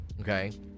Okay